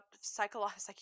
psychological